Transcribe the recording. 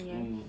mm